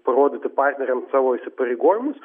parodyti partneriams savo įsipareigojimus